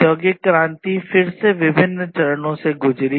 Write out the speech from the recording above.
औद्योगिक क्रांति फिर से विभिन्न चरणों से गुजरी